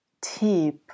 tip